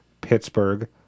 Pittsburgh